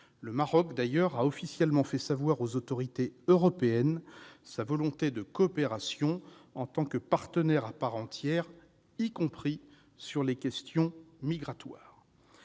Le Maroc a d'ailleurs officiellement fait savoir aux autorités européennes sa volonté de coopération, en tant que partenaire à part entière, y compris sur les questions migratoires.